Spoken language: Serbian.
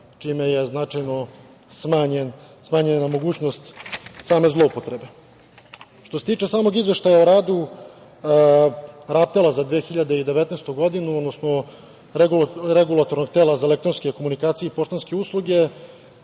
čime je značajno smanjena mogućnost same zloupotrebe. Što se tiče samog Izveštaja o radu RATEL-a za 2019. godinu, odnosno Regulatornog tela za elektronske komunikacije i poštanske usluge,